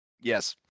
Yes